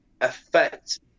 affect